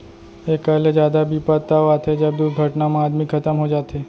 एकर ले जादा बिपत तव आथे जब दुरघटना म आदमी खतम हो जाथे